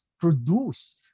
produced